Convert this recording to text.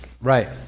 right